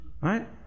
right